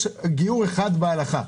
יש גיור אחד בהלכה,